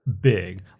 big